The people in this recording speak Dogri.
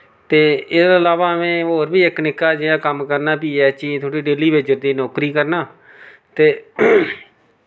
ते एह्दे अलावा में होर बी इक निक्का जेहा कम्म करना पी एच ई थोह्ड़ी डेली वेजर दी नौकरी करना ते